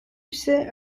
ise